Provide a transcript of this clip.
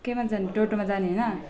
केमा जाने टोटोमा जाने होइन